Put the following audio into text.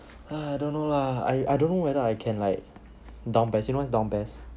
err don't know lah I I don't know whether I can like down PES you know what is down PES